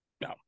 No